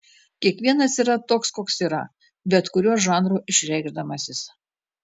kiekvienas yra toks koks yra bet kuriuo žanru reikšdamasis